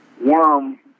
worm